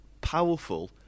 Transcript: powerful